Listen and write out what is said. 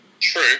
True